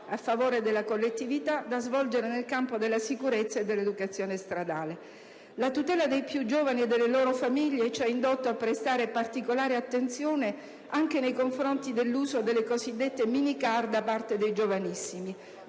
a favore della collettività da svolgere nel campo della sicurezza e dell'educazione stradale. La tutela dei più giovani e delle loro famiglie ci ha indotto a prestare particolare attenzione anche nei confronti dell'uso delle cosiddette minicar da parte dei giovanissimi.